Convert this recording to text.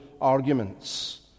arguments